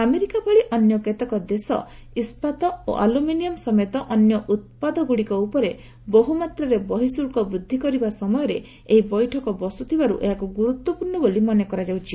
America ଭଳି କେତେକ ଦେଶ ଇସ୍କାତ ଓ ଆଲୁମିନିୟମ୍ ସମେତ ଅନ୍ୟ ଉତ୍ପାଦଗୁଡ଼ିକ ଉପରେ ବହୁ ମାତ୍ରାରେ ବହିଃଶୁଳ୍କ ବୃଦ୍ଧି କରିଥିବା ସମୟରେ ଏହି ବୈଠକ ବସୁଥିବାରୁ ଏହାକୁ ଗୁରୁତ୍ୱପୂର୍ଣ୍ଣ ବୋଲି ମନେ କରାଯାଉଛି